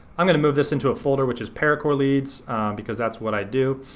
i'm gonna move this into a folder which is paracore leads because that's what i do.